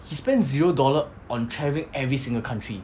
he spent zero dollar on travelling every different country